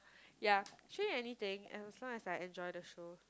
yea actually anything as long as I enjoy the show